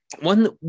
One